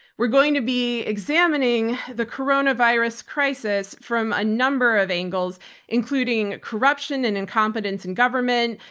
we're going to be examining the coronavirus crisis from a number of angles including corruption and incompetence in government,